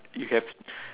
you have